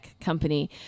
company